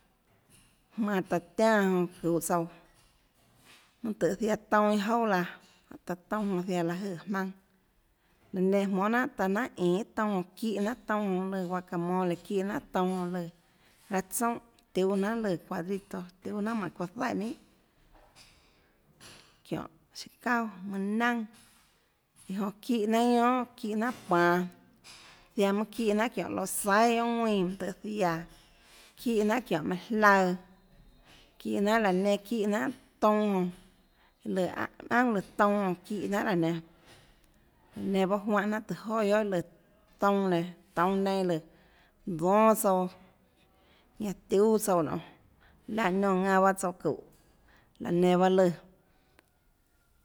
Jmánã taã tiánã jonã çuhå tsouã tøhê ziaã tounâ iâ jouà laã jánhå taã tounâ jonã ziaã láhå jøè jmaønâ laã nenã jmónâ jnanhà taã jnanhà inå tounâ jonã çíhå jnahà tounâ jonã lùã guacamole çíhã jnanhà tounâ jonã lùã raã tsoúnhà tiúâ jnanhà lùã cuadrito tiúâ jnanhà jmánhåçounã zaíhà minhà çiónhå siâ çauà çiónhå mønâ naønà iã joã çíhã jnanhà guiónà çíhã jnanhà panå ziaã mønâ ðíhã jnanhà çiónhå louâ saihà guiohà ðuínã mønâ tøhê ziaã çíhã jnanhà çiónhå maùnã jlaøã çíhã jnanhà laã nenã çíhã jnanhà tounâ jonã lùâ mønâ aunà lùã tounâ jonã çíhã jnanhà raã nenã laå nenã bahâ juánhã jnanhà tùhå joà guiohà lùã tounâ nenã toúnâ neinâ lùã dónâ tsouã ñanã tiúâ tsouã nonê láhã niónã ðanã bahâ tsouã çúhå laå nenã bahâ lùã